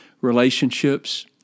relationships